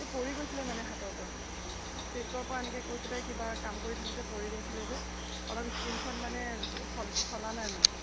পৰি গৈছিল মানে হাতৰ পৰা টেবুলৰ পৰা এনেকৈ পৰি পেলাই কিবা কাম কৰি থাকোঁতে পৰি গৈছিল যে অলপ স্কৃণখন মানে চ চলা নাই মানে